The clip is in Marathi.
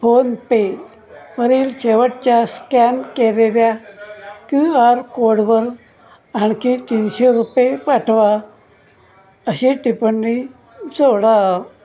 फोनपे वरील शेवटच्या स्कॅन केलेल्या क्यू आर कोडवर आणखी तीनशे रुपये पाठवा अशी टिपण्णी जोडा